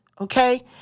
Okay